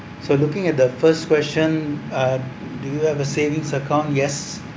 so looking at the first question uh do you have a savings account yes